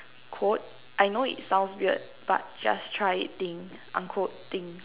quote I know it sounds weird but just try it thing unquote thing